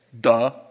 Duh